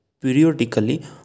periodically